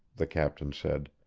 the captain said.